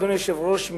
אדוני היושב-ראש,